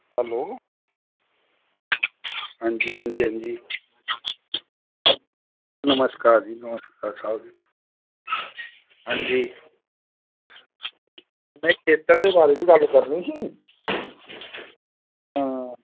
hello हां जा हां जी हां जी नमस्कार जी नमस्कार साह्ब हां जी पेपर दे बारे च गल्ल करो तुस हां